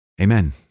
amen